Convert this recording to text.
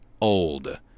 old